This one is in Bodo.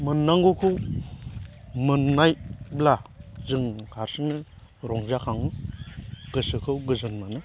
मोननांगौखौ मोनोब्ला जों हारसिंनो रंजाखाङो गोसोखौ गोजोन मोनो